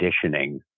conditioning